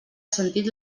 sentit